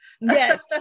Yes